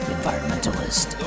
Environmentalist